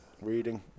Reading